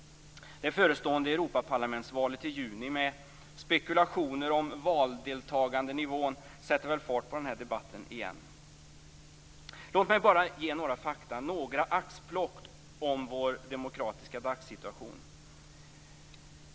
Det förestående Europaparlamentsvalet i juni med spekulationer om valdeltagandenivån sätter väl fart på debatten igen. Låt mig bara ge några fakta, några axplock om vår demokratiska dagssituation.